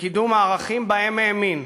לקידום הערכים שבהם האמין: